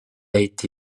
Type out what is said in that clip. été